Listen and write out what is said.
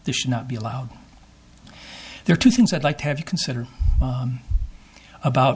this should not be allowed there are two things i'd like to have you consider about